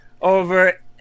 over